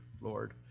Lord